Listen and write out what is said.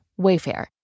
Wayfair